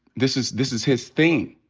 this is this is his thing.